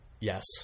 Yes